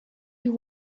you